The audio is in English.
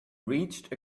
reached